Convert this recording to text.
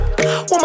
Woman